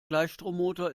gleichstrommotor